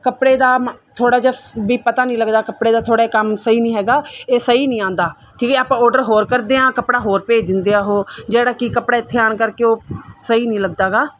ਕੱਪੜੇ ਦਾ ਮ ਥੋੜ੍ਹਾ ਜਿਹਾ ਸ ਵੀ ਪਤਾ ਨਹੀਂ ਲੱਗਦਾ ਕੱਪੜੇ ਦਾ ਥੋੜ੍ਹਾ ਜਿਹਾ ਕੰਮ ਸਹੀ ਨਹੀਂ ਹੈਗਾ ਇਹ ਸਹੀ ਨਹੀਂ ਆਉਂਦਾ ਠੀਕ ਹੈ ਆਪਾਂ ਆਰਡਰ ਹੋਰ ਕਰਦੇ ਹਾਂ ਕੱਪੜਾ ਹੋਰ ਭੇਜ ਦਿੰਦੇ ਆ ਉਹ ਜਿਹੜਾ ਕਿ ਕੱਪੜੇ ਇੱਥੇ ਆਉਣ ਕਰਕੇ ਉਹ ਸਹੀ ਨਹੀਂ ਲੱਗਦਾ ਗਾ